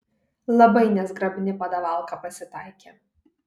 labai nezgrabni padavalka pasitaikė